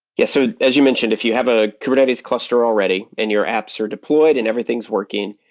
yes. so as you mentioned, if you have a kubernetes cluster already and your apps are deployed and everything's working,